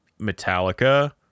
Metallica